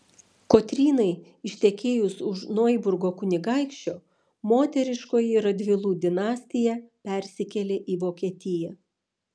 kotrynai ištekėjus už noiburgo kunigaikščio moteriškoji radvilų dinastija persikėlė į vokietiją